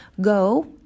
go